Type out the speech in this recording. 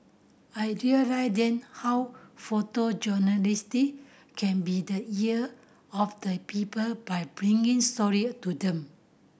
I realised then how photojournalist can be the ear of the people by bringing story to them